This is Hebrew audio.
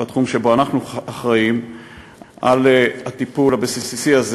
בתחום שבו אנחנו אחראים לטיפול הבסיסי הזה